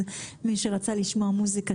מי שרצה לשמוע מוסיקה,